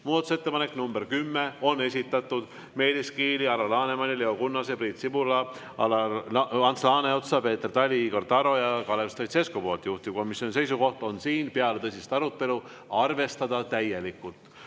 Muudatusettepaneku nr 10 on esitanud Meelis Kiili, Alar Laneman, Leo Kunnas, Priit Sibula, Ants Laaneots, Peeter Tali, Igor Taro ja Kalev Stoicescu, juhtivkomisjoni seisukoht on siin peale tõsist arutelu: arvestada täielikult.